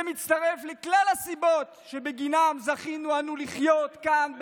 זה מצטרף לכלל הסיבות שבגללן זכינו אנו לחיות כאן,